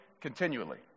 continually